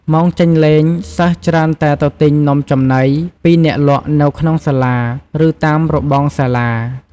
ម៉ោងចេញលេង សិស្សច្រើនតែទៅទិញនំចំណី ពីអ្នកលក់នៅក្នុងសាលា ឬតាមរបងសាលា។